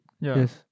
Yes